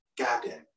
garden